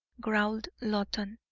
growled loton.